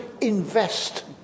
invest